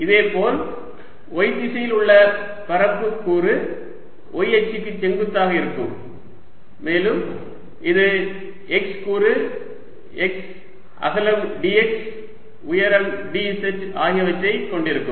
இதேபோல் y திசையில் உள்ள பரப்பு கூறு y அச்சுக்கு செங்குத்தாக இருக்கும் மேலும் இது x கூறு x அகலம் dx உயரம் dz ஆகியவற்றைக் கொண்டிருக்கும்